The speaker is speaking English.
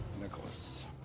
Nicholas